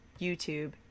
YouTube